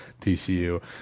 TCU